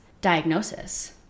diagnosis